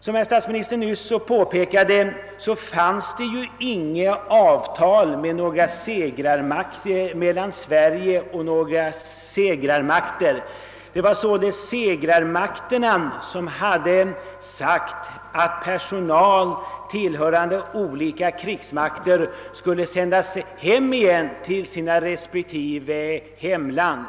Som statsministern nyss framhöll fanns det inget avtal mellan Sverige och segermakterna. Det var således segermakterna som hade föreskrivit att personal tillhörande olika krigsmakter skulle sändas hem igen till respektive hemländer.